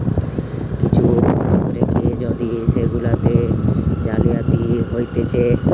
কিছু বন্ধক রেখে যদি সেগুলাতে জালিয়াতি হতিছে